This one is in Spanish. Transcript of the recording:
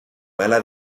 mala